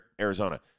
Arizona